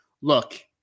look